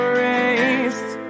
raised